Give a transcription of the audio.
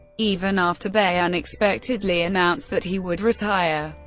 even after bayh unexpectedly announced that he would retire.